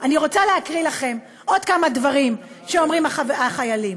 אני רוצה להקריא לכם עוד כמה דברים שאומרים החיילים.